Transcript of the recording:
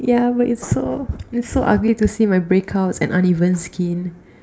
yeah but it's so it's so ugly to see my breakouts and uneven skin